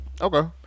Okay